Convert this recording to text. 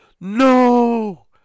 no